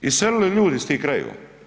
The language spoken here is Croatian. Iselili ljudi iz tih krajeva.